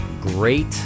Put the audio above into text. great